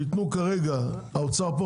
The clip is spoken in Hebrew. אוצר,